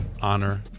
honor